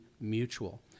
mutual